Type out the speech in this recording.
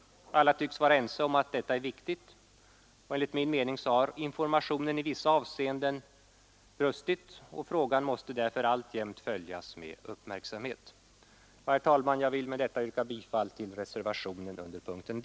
Alla tycks vara eniga om att detta är väsentligt. Enligt min mening har informationen i vissa avseenden brustit, och frågan måste därför alltjämt följas med uppmärksamhet. Herr talman! Jag vill med detta yrka bifall till reservationen under punkten D.